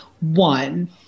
One